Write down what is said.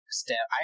step